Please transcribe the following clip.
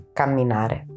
camminare